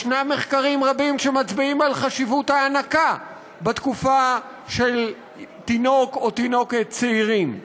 יש מחקרים רבים שמצביעים על חשיבות ההנקה של תינוק או תינוקת צעירים.